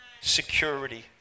Security